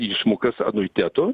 išmokas anuitetų